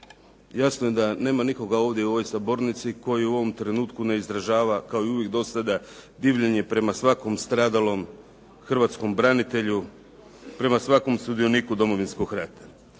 Jasno je da nema nikoga ovdje u ovoj sabornici koji u ovom trenutku ne izražava kao i uvijek do sada divljenje prema svakom stradalom hrvatskom branitelju, prema svakom sudioniku Domovinskog rata.